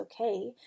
okay